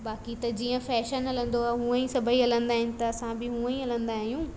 बाक़ी त जीअं फैशन हलंदो आहे हुअंई सभेई हलंदा आहिनि त असां बि हुअंई हलंदा आहियूं